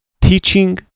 teaching